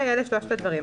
אלה שלושת הדברים.